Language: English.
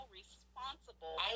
responsible